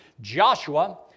Joshua